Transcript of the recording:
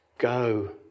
Go